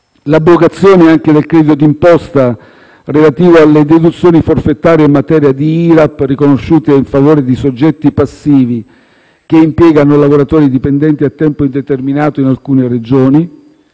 l'abrogazione anche del credito d'imposta relativo alle deduzioni forfettarie in materia di IRAP riconosciute in favore di soggetti passivi che impiegano lavoratori dipendenti a tempo indeterminato in alcune Regioni;